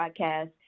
podcast